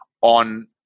on